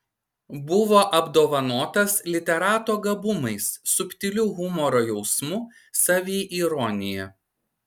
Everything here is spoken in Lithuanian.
buvo apdovanotas literato gabumais subtiliu humoro jausmu saviironija